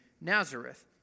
Nazareth